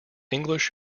english